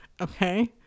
Okay